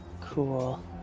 Cool